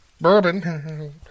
Bourbon